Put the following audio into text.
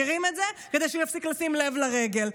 מכירים את זה, כדי שהוא יפסיק לשים לב לרגל.